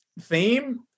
theme